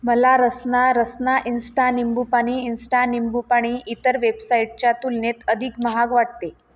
मला रसना रसना इंस्टा निंबूपानी इंस्टा निंबूपाणी इतर वेबसाईटच्या तुलनेत अधिक महाग वाटते